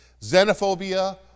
xenophobia